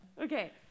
Okay